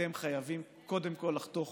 אתם חייבים קודם כול לחתוך